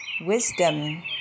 Wisdom